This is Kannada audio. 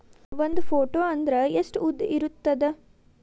ಒಂದು ಫೂಟ್ ಅಂದ್ರೆ ಎಷ್ಟು ಉದ್ದ ಇರುತ್ತದ?